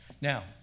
Now